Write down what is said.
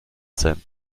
sein